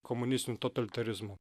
komunistiniu totalitarizmu